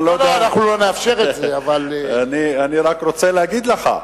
אני רק רוצה להגיד לך: